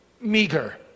meager